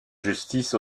justice